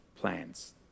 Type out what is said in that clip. plans